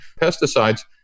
pesticides